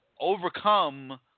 overcome